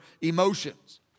emotions